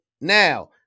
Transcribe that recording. Now